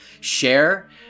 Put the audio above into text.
share